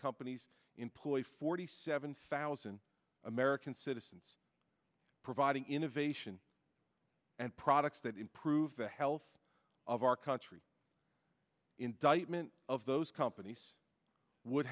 companies employ forty seven thousand american citizens providing innovation and products that improve the health of our country indictment of those companies would